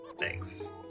Thanks